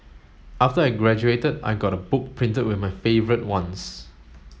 after I graduated I got a book printed with my favourite ones